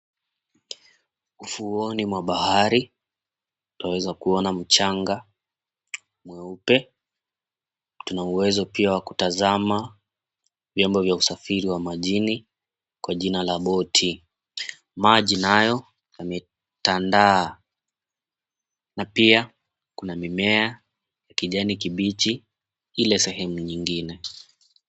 Ufuoni mwa bahari twaweza kuona mchanga mweupe. Tuna uwezo pia wa kutazama vyombo vya usafiri wa majini kwa jina la boti, maji nayo yametandaa. Na pia kuna mimea ya kijani kibichi ile sehemu nyingine.